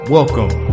Welcome